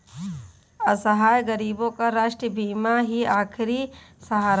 असहाय गरीबों का राष्ट्रीय बीमा ही आखिरी सहारा है